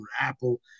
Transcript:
Apple